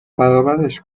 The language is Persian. برابرش